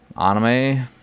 anime